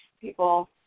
people